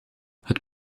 het